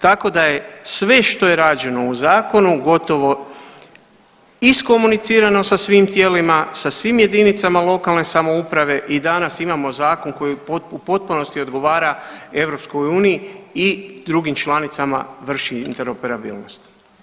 Tako da je sve što je rađeno u zakonu gotovo iskomunicirano sa svim tijelima, sa svim jedinicama lokalne samouprave i danas imamo zakon koji u potpunosti odgovara EU i drugim članicama vrši interoperabilnost.